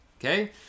Okay